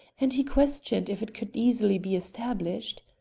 and he questioned if it could easily be established.